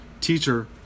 Teacher